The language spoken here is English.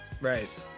Right